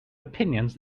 opinions